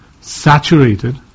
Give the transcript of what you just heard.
saturated